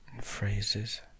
phrases